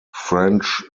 french